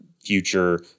future